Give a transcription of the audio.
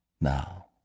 now